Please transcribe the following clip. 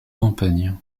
campagnes